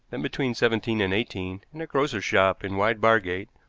then between seventeen and eighteen, in a grocer's shop in wide bargate,